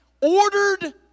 ordered